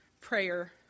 prayer